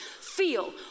feel